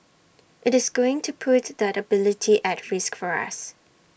IT is going to put that ability at risk for us